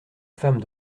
femme